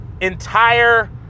entire